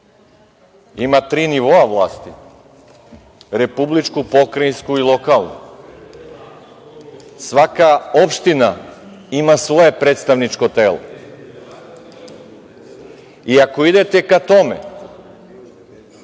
ima tri nivoa vlasti - republičku, pokrajinsku i lokalnu. Svaka opština ima svoje predstavničko telo. I ako idete ka tome